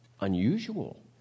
unusual